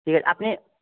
ইয়ে আপনি